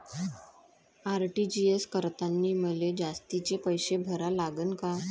RTGS करतांनी मले जास्तीचे पैसे भरा लागन का?